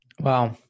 Wow